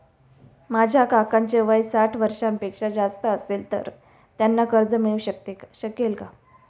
माझ्या काकांचे वय साठ वर्षांपेक्षा जास्त असेल तर त्यांना कर्ज मिळू शकेल का?